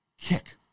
kick